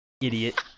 Idiot